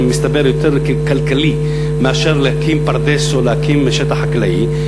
מסתבר שזה יותר כלכלי מאשר להקים פרדס או להקים שטח חקלאי,